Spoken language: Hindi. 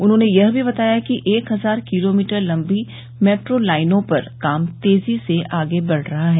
उन्होंने यह भी बताया कि एक हजार किलोमीटर लंबी मेट्रो लाइनों पर काम तेजी से आगे बढ़ रहा है